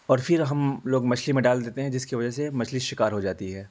اور پھر ہم لوگ مچھلی میں ڈال دیتے ہیں جس کی وجہ سے مچھلی شکار ہو جاتی ہے